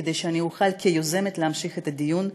כדי שאני אוכל כיוזמת להמשיך את הדיון,